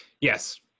Yes